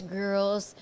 girls